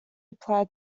apply